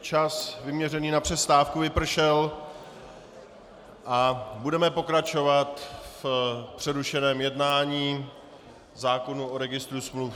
Čas vyměřený na přestávku vypršel a budeme pokračovat v přerušeném jednání zákona o registru smluv.